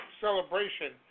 celebration